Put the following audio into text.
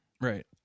Right